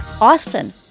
Austin